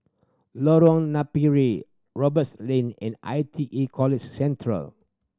Lorong Napiri Roberts Lane and I T E College Central